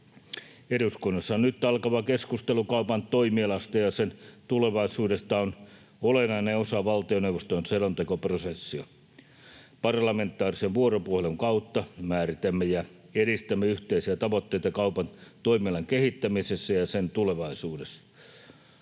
Eduskunnassa nyt alkava keskustelu kaupan toimialasta ja sen tulevaisuudesta on olennainen osa valtioneuvoston selontekoprosessia. Parlamentaarisen vuoropuhelun kautta määritämme ja edistämme yhteisiä tavoitteita kaupan toimialan kehittämisessä ja sen tulevaisuudessa.